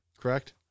correct